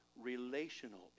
relational